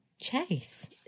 chase